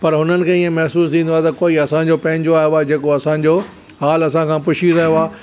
पर हुननि खे हीअं महसूसु ईंदो आहे त कोई असांजो पंहिंजो आयो आहे जेको असांजो हाल असांखां पुछी रहियो आहे